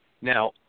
Now